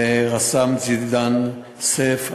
ורס"מ זידאן סייף,